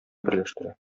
берләштерә